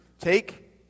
Take